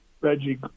Reggie